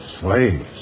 Slaves